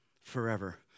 forever